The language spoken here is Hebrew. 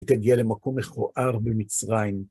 תגיע למקום מכוער במצרים.